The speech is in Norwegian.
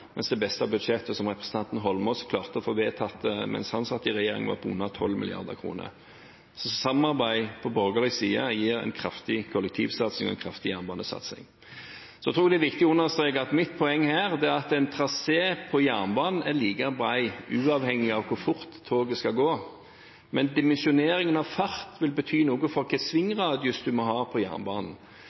mens det beste budsjettet som representanten Eidsvoll Holmås klarte å få vedtatt mens han satt i regjering, var på under 12 mrd. kr. Så samarbeid på borgerlig side gir en kraftig kollektivsatsing og en kraftig jernbanesatsing. Så tror jeg det er viktig å understreke at mitt poeng her er at en jernbanetrasé er like bred uavhengig av hvor fort toget skal gå, men dimensjoneringen av fart vil bety noe for hvilken svingradius en må ha på jernbanen.